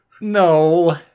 No